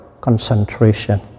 concentration